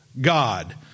God